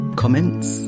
comments